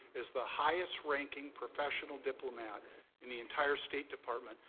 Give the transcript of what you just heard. as the highest-ranking professional diplomat in the entire state department,